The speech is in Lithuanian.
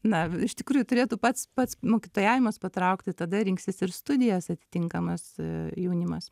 na iš tikrųjų turėtų pats pats mokytojavimas patraukti tada rinksis ir studijas atitinkamas jaunimas